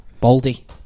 Baldy